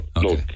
no